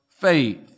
faith